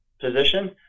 position